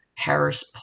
Harris